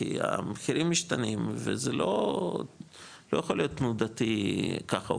כי המחירים משתנים וזה לא יכול להיות תנודתי ככה,